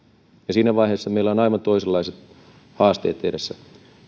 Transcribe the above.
siinä vaiheessa meillä on aivan toisenlaiset haasteet edessä